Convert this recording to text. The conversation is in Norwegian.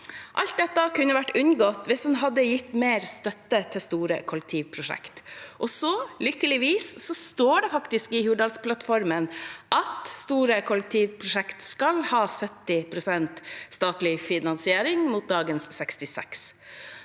Alt dette kunne vært unngått hvis en hadde gitt mer støtte til store kollektivprosjekt. Lykkeligvis står det i Hurdalsplattformen at store kollektivprosjekt skal ha 70 pst. statlig finansiering, mot dagens 66